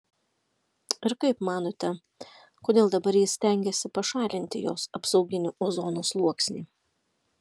ir kaip manote kodėl dabar jis stengiasi pašalinti jos apsauginį ozono sluoksnį